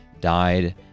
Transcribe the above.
died